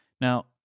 Now